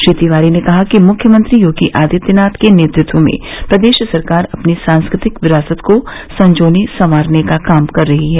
श्री तिवारी ने कहा कि मुख्यमंत्री योगी आदित्यनाथ के नेतृत्व में प्रदेश सरकार अपनी सांस्कृतिक विरासत को संजोने संवारने का काम कर रही है